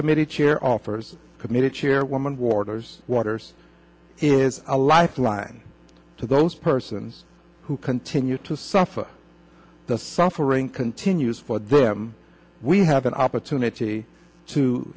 subcommittee chair offers committee chairwoman warders waters is a lifeline to those persons who continue to suffer the suffering continues for there we have an opportunity to